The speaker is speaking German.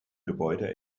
gebäude